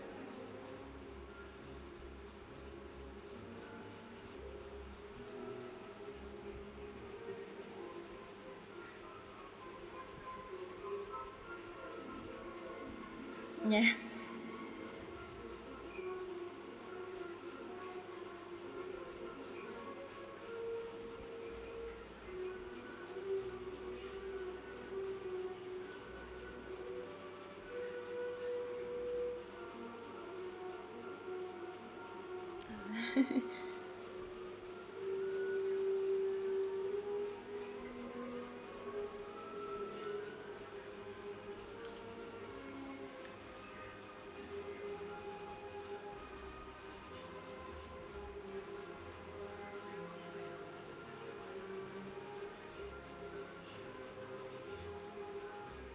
yeah ah